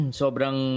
sobrang